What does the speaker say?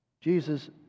Jesus